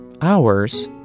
hours